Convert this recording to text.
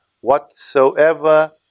whatsoever